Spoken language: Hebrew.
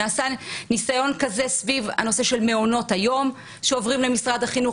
נעשה ניסיון כזה סביב הנושא של מעונות היום שעוברים למשרד החינוך,